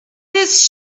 this